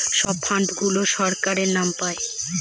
সব ফান্ড গুলো সরকারের নাম পাই